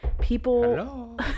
people